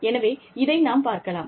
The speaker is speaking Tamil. எனவே இதை நாம் பார்க்கலாம்